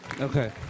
Okay